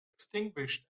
extinguished